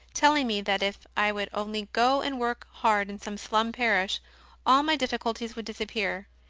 telling me that if i would only go and work hard in some slum parish all my difficulties would disappear.